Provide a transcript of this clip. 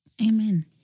Amen